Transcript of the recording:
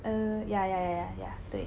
er ya ya ya ya ya 对